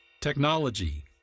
Technology